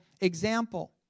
example